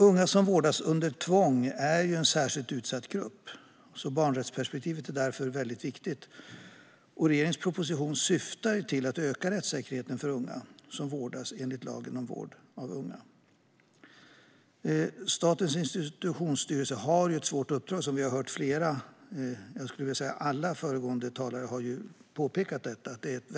Unga som vårdas under tvång är en särskilt utsatt grupp. Barnrättsperspektivet är därför viktigt, och regeringens proposition syftar till att öka rättssäkerheten för unga som vårdas enligt lagen om vård av unga. Statens institutionsstyrelse har ett svårt uppdrag, som vi har hört flera - jag skulle vilja säga alla - föregående talare påpeka.